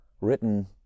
written